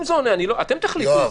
אם זה עונה, אתם תחליטו.